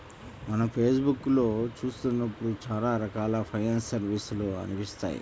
మనం ఫేస్ బుక్కులో చూత్తన్నప్పుడు చానా రకాల ఫైనాన్స్ సర్వీసులు కనిపిత్తాయి